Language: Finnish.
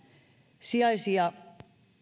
kesäsijaisia